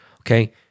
Okay